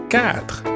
Quatre